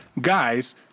guys